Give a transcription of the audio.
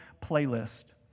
playlist